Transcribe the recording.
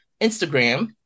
Instagram